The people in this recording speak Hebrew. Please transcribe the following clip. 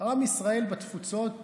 עם ישראל בתפוצות